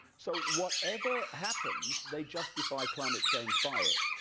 so whatever happens, they justify climate change by it,